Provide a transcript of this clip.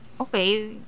okay